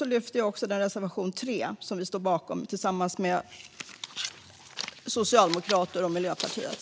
Jag yrkar även bifall till reservation 3, som vi står bakom tillsammans med Socialdemokraterna och Miljöpartiet.